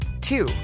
two